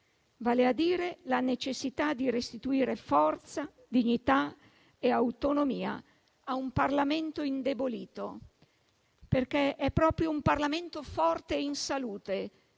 vale a dire la necessità di restituire forza, dignità e autonomia a un Parlamento indebolito, perché è proprio un Parlamento forte e in salute